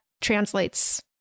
translates